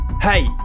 Hey